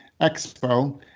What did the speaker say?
Expo